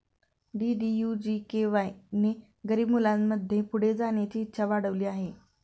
DDU GKY ने गरीब मुलांमध्ये पुढे जाण्याची इच्छा वाढविली आहे